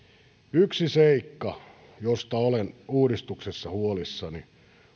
yksi seikka josta olen uudistuksessa huolissani